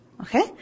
Okay